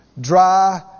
Dry